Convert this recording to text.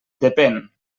depèn